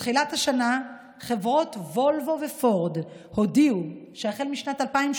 בתחילת השנה חברות וולוו ופורד הודיעו שהחל משנת 2030